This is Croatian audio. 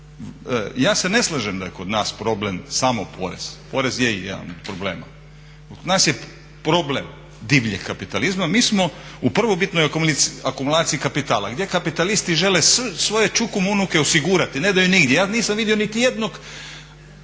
Ja se ne slažem da je kod nas problem samo porez. Porez je jedan od problema. Kod nas je problem divljeg kapitalizma. Mi smo u prvobitnoj akumulaciji kapitala gdje kapitalisti žele svoje čukun-unuke osigurati, ne daju nigdje. Ja nisam vidio nitijednog